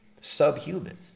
subhuman